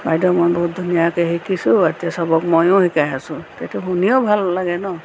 বাইদেউ মই বহুত ধুনীয়াকৈ শিকিছোঁ এতিয়া চবক মইয়ো শিকাই আছোঁ সেইটো শুনিও ভাল লাগে ন